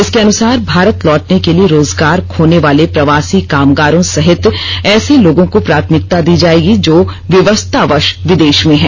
इसके अनुसार भारत लौटने के लिए रोजगार खोने वाले प्रवासी कामगारों सहित ऐसे लोगों को प्राथमिकता दी जायेगी जो विवशतावश विदेश में हैं